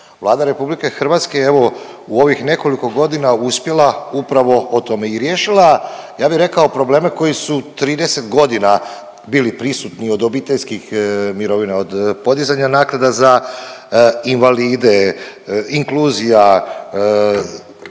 Vlada RH je evo u ovih nekoliko godina uspjela upravo o tome i riješila ja bih rekao probleme koji su 30 godina bili prisutni, od obiteljskih mirovina, od podizanja naknada za invalide, inkluzija,